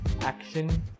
action